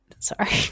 Sorry